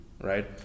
right